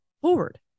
forward